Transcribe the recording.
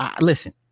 Listen